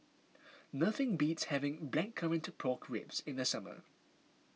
nothing beats having Blackcurrant Pork Ribs in the summer